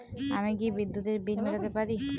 আমি কি বিদ্যুতের বিল মেটাতে পারি?